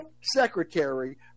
secretary